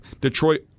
Detroit